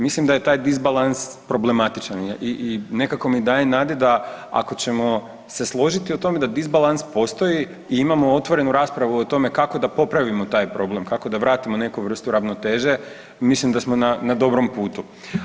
Mislim da je taj disbalans problematičan i nekako mi daje nade da ako ćemo se složiti o tome da disbalans postoji i imamo otvorenu raspravu o tome kako da popravimo taj problem, kako da vratimo neku vrstu ravnoteže mislim da smo na dobrom putu.